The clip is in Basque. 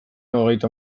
hogeita